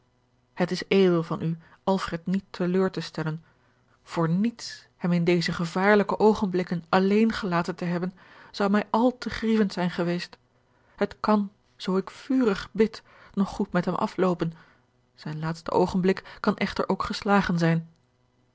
het is edel van u alfred niet te leur te stellen voor niets hem in deze gevaarlijke oogenblikken alleen gelaten te hebben zou mij al te grievend zijn geweest het kan zoo ik vurig bid nog goed met hem afloopen zijn laatste oogenblik kan echter ook geslagen zijn